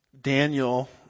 Daniel